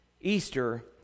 Easter